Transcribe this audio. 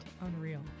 Unreal